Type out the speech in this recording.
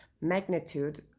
magnitude